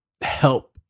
help